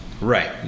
Right